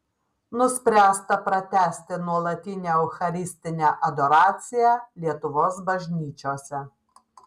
nuspręsta pratęsti nuolatinę eucharistinę adoraciją lietuvos bažnyčiose